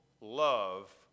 love